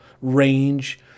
range